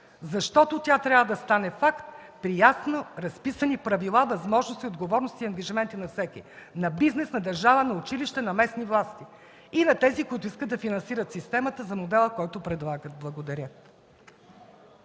защото тя трябва да стане факт, при ясно разписани правила, възможности, отговорности и ангажименти на всеки – на бизнес, на държава, на училище, на местни власти и на тези, които искат да финансират системата за модела, който предлагат. Благодаря.